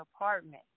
apartment